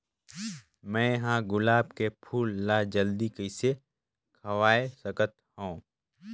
मैं ह गुलाब के फूल ला जल्दी कइसे खवाय सकथ हवे?